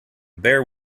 bare